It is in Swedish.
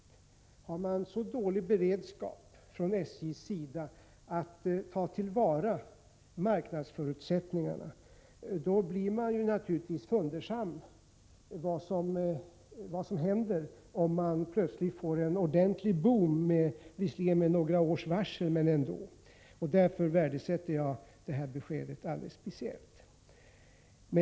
Att SJ har så dålig beredskap för att ta till vara marknadsförutsättningarna gör mig naturligtvis fundersam. Vad händer om det, visserligen med några års varsel, men ändå, plötsligt blir en ordentlig ”boom”? Därför värdesätter jag kommunikationsministerns besked alldeles speciellt.